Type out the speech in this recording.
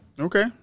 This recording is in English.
Okay